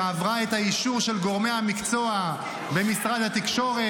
שעברה את האישור של גורמי המקצוע במשרד התקשורת,